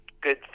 good